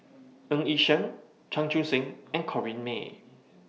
Ng Yi Sheng Chan Chun Sing and Corrinne May